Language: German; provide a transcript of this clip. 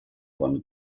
von